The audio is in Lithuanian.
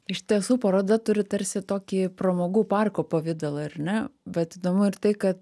iš tiesų paroda turi tarsi tokį pramogų parko pavidalą ar ne bet įdomu ir tai kad